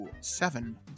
seven